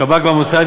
שב"כ והמוסד,